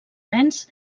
nens